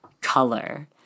color